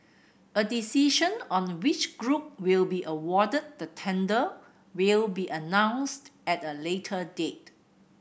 a decision on which group will be awarded the tender will be announced at a later date